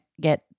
get